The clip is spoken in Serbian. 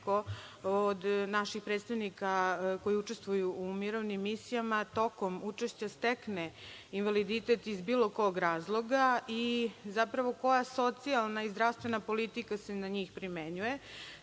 od naših predstavnika koji učestvuju u mirovnim misijama, tokom učešća stekne invaliditet iz bilo kog razloga, i zapravo koja socijalna i zdravstvena politika se na njih primenjuje?